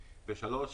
ושלישית,